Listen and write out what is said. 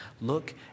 Look